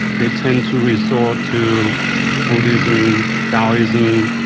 they tend to resort to buddhism, daoism,